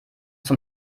zum